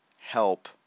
help